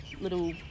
little